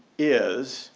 is